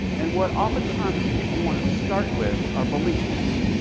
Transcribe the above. and what oftentimes people want to start with are beliefs.